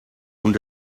und